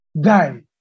die